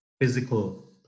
Physical